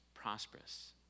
Prosperous